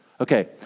Okay